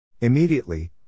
Immediately